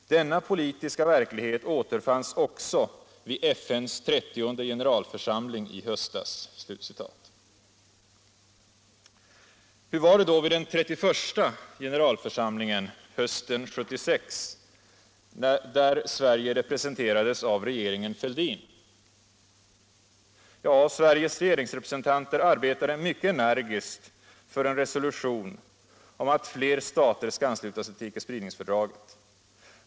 Denna politiska verklighet återfanns också vid FN:s 30:e generalförsamling i höstas.” Hur var det då vid den 31:a generalförsamlingen hösten 1976, där Sverige representerades av regeringen Fälldin? Ja, Sveriges regeringsrepresentanter arbetade mycket energiskt för en resolution om att fler stater skall ansluta sig till icke-spridningsfördraget.